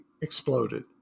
exploded